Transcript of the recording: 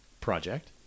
project